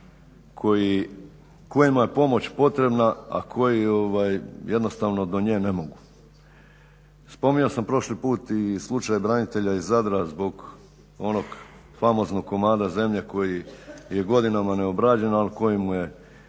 kojima je pomoć potrebna, a koji jednostavno do nje ne mogu. Spominjao sam prošli put i slučaj branitelja iz Zadra zbog onog famoznog komada zemlje koji je godinama neobrađen ali koji mu je